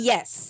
Yes